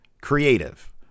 creative